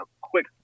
quick